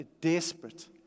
desperate